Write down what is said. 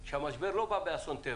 המשבר לא בא מאסון טבע,